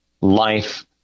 life